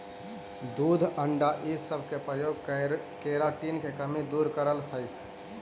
दूध अण्डा इ सब के प्रयोग केराटिन के कमी दूर करऽ हई